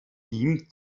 team